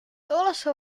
also